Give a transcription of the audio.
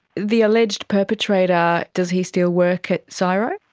the alleged perpetrator, does he still work at so csiro?